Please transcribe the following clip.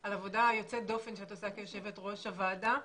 על עבודה יוצאת דופן שאת עושה כיושבת-ראש הוועדה.